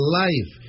life